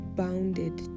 bounded